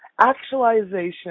actualization